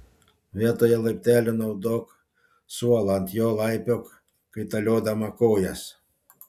vietoje laiptelių naudok suolą ant jo laipiok kaitaliodama kojas